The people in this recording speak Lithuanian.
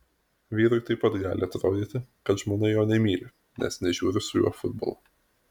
vyrui taip pat gali atrodyti kad žmona jo nemyli nes nežiūri su juo futbolo